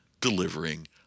delivering